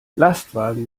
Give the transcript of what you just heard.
lastwagen